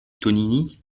tonini